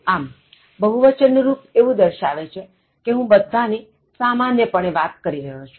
આમબહુવચનનું રુપ એવું દર્શાવે કે હું બધા ની સામાન્ય પણે વાત કરી રહ્યો છું